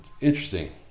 interesting